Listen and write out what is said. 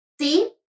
see